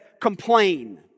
complain